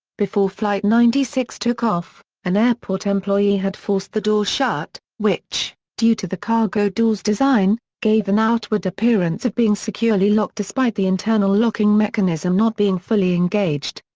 before flight ninety six took off an airport employee had forced the door shut, which, due to the cargo door's design, gave an outward appearance of being securely locked despite the internal locking mechanism not being fully engaged.